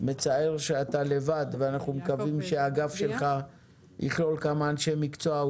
מצער שאתה לבד ונקווה שהאגף שלך יכלול כמה אנשי מקצוע,